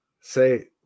Say